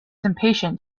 impatient